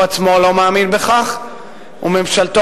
הוא עצמו לא מאמין בכך, וממשלתו